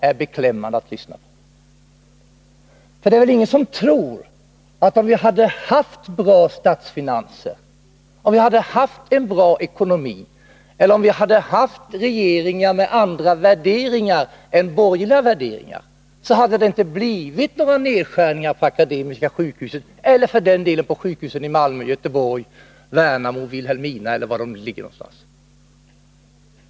— För det är väl ingen som tror att om vi hade haft bra statsfinanser och god ekonomi, eller om vi hade haft regeringar med andra värderingar än borgerliga värderingar, så hade det inte blivit några nedskärningar på Akademiska sjukhuset — eller för den delen på sjukhusen i Malmö, Göteborg, Värnamo, Vilhelmina eller var de än ligger?